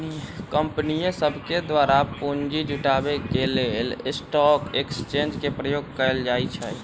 कंपनीय सभके द्वारा पूंजी जुटाबे के लेल स्टॉक एक्सचेंज के प्रयोग कएल जाइ छइ